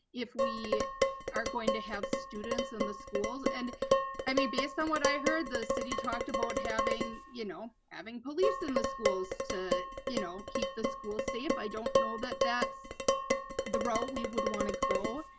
if we are going to have students in the schools, and i mean, based on what i heard, the city talked about having, you know, having police in the schools to, you know, keep the schools safe. i don't know that that's the role we would want to go.